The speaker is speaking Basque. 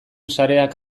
sareak